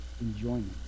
enjoyment